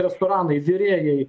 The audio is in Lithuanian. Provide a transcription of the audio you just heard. restoranai virėjai